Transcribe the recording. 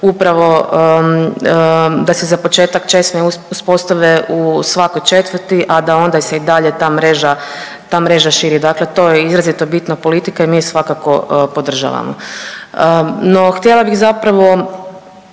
upravo da se za početak česme uspostave u svakoj četvrti, a da onda se i dalje ta mreža širi. Dakle, to je izrazito bitna politika i mi je svakako podržavamo. No, htjela bih zapravo